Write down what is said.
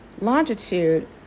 longitude